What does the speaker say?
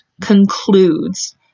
concludes